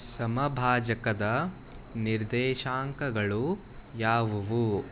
ಸಮಭಾಜಕದ ನಿರ್ದೇಶಾಂಕಗಳು ಯಾವುವು